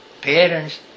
parents